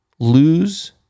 Lose